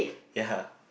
ya